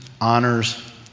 Honors